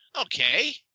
Okay